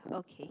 okay